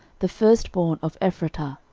the firstborn of ephratah,